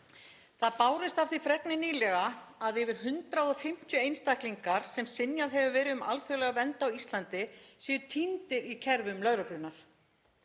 Það bárust af því fregnir nýlega að yfir 150 einstaklingar sem synjað hefur verið um alþjóðlega vernd á Íslandi séu týndir í kerfum lögreglunnar.